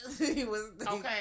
okay